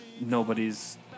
nobody's